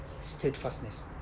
steadfastness